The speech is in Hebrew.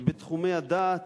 בתחומי הדעת.